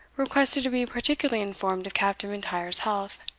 requested to be particularly informed of captain m'intyre's health.